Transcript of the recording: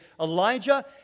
Elijah